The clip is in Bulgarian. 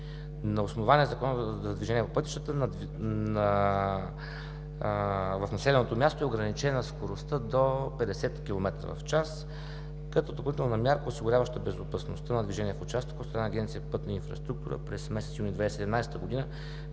На основание Закона за движение по пътищата, в населеното място е ограничена скоростта до 50 км в час. Като допълнителна мярка, осигуряваща безопасността на движение в участъка от страна на Агенция „Пътна инфраструктура“, през месец юни 2017 г.